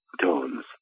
tones